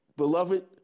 Beloved